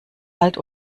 halt